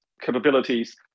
Capabilities